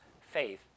faith